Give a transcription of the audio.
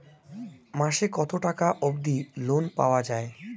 মাসে কত টাকা অবধি লোন পাওয়া য়ায়?